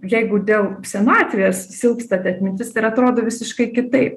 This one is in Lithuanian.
jeigu dėl senatvės silpsta ta atmintis tai ir atrodo visiškai kitaip